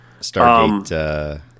Stargate